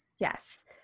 yes